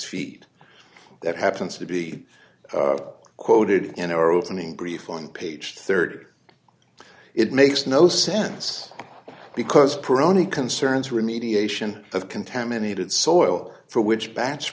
feed that happens to be quoted in our opening brief on page thirty it makes no sense because peroni concerns remediation of contaminated soil for which bat